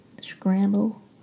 scramble